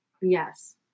Yes